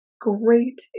great